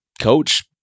coach